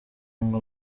ngo